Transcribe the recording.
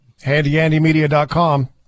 HandyAndyMedia.com